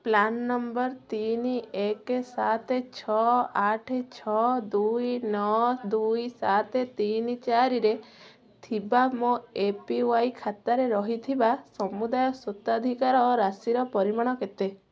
PRAN number ତିନି ଏକେ ସାତେ ଛଅ ଆଠେ ଛଅ ଦୁଇ ନଅ ଦୁଇ ସାତେ ତିନି ଚାରିରେ ଥିବା ମୋ ଏ ପି ୱାଇ ଖାତାରେ ରହିଥିବା ସମୁଦାୟ ସ୍ୱତ୍ୱାଧିକାର ରାଶିର ପରିମାଣ କେତେ